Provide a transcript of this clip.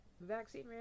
vaccine